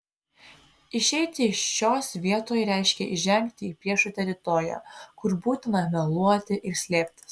išeiti iš šios vietoj reiškė įžengti į priešų teritoriją kur būtina meluoti ir slėptis